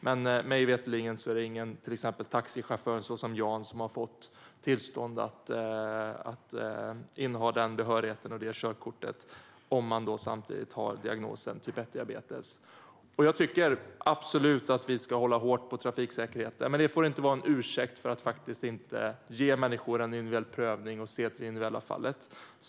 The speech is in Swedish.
Men vad jag vet är det till exempel ingen taxichaufför, som Jan, som har fått tillstånd att inneha denna behörighet och detta körkort om man samtidigt har diagnosen diabetes typ 1. Jag tycker absolut att vi ska hålla hårt på trafiksäkerheten. Men det får inte vara en ursäkt för att inte ge människor en individuell prövning och se till det individuella fallet.